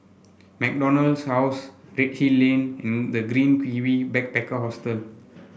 MacDonald House Redhill Lane and The Green Kiwi Backpacker Hostel